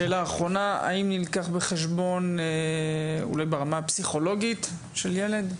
האם נלקח בחשבון העניין הפסיכולוגי של ילד,